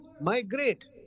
migrate